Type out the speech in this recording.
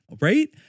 right